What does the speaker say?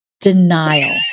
Denial